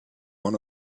one